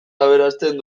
aberasten